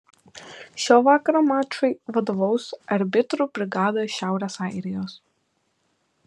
šio vakaro mačui vadovaus arbitrų brigada iš šiaurės airijos